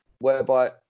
Whereby